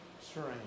Strange